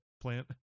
plant